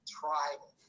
tribal